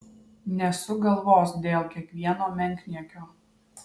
nesuk galvos dėl kiekvieno menkniekio